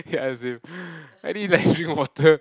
ya as if I needa drink water